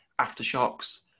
Aftershocks